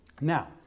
Now